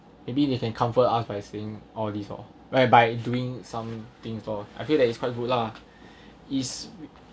maybe they can comfort us by saying all this all by by doing some things or I feel that it's quite good lah is